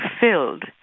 filled